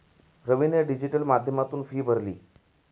रवीने डिजिटल माध्यमातून फी भरली